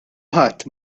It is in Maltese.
ħadd